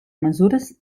mesures